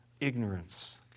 Ignorance